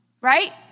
Right